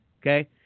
Okay